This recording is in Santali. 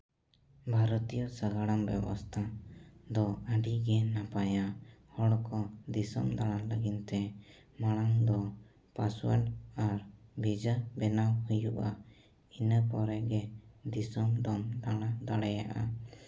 ᱵᱷᱟᱨᱚᱛᱤᱭᱚ ᱥᱟᱜᱟᱲᱚᱢ ᱵᱮᱵᱚᱥᱛᱷᱟ ᱫᱚ ᱟᱹᱰᱤᱜᱮ ᱱᱟᱯᱟᱭᱟ ᱦᱚᱲ ᱠᱚ ᱫᱤᱥᱚᱢ ᱫᱟᱬᱟᱱ ᱞᱟᱹᱜᱤᱫᱛᱮ ᱢᱟᱲᱟᱝ ᱫᱚ ᱟᱨ ᱵᱷᱤᱥᱟ ᱵᱮᱱᱟᱣ ᱦᱩᱭᱩᱜᱼᱟ ᱤᱱᱟᱹ ᱯᱚᱨᱮᱜᱮ ᱫᱤᱥᱚᱢ ᱫᱚᱢ ᱫᱟᱬᱟ ᱫᱟᱲᱮᱭᱟᱜᱼᱟ